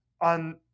on